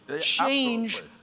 change